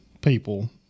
people